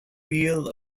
wheel